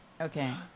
Okay